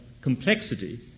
complexity